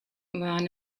waren